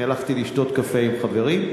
הלכתי לשתות קפה עם חברים,